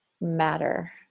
matter